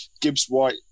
Gibbs-White